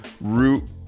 root